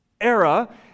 era